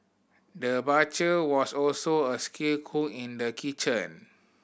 the butcher was also a skilled cook in the kitchen